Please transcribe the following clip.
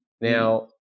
Now